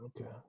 Okay